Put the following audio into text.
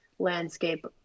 landscape